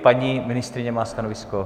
Paní ministryně má stanovisko?